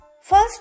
First